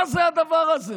מה זה הדבר הזה?